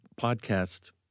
podcast